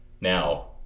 Now